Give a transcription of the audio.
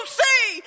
see